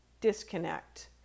disconnect